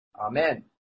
Amen